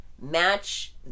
match